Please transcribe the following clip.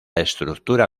estructura